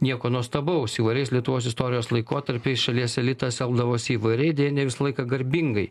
nieko nuostabaus įvairiais lietuvos istorijos laikotarpiais šalies elitas elgdavosi įvairiai deja ne visą laiką garbingai